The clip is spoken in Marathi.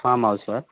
फाम हाऊसवर